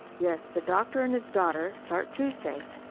yes. the doctor and his daughter start tuesday.